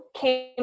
came